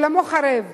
עולמו חרב.